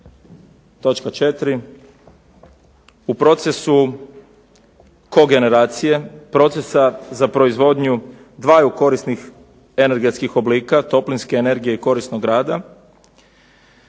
točka 4. u procesu kogenereacije procesa za proizvodnju dvaju korisnih energetskih oblika toplinske energije i korisnog rada